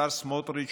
השר סמוטריץ',